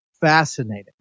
fascinating